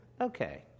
Okay